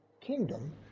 kingdom